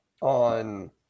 on